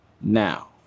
Now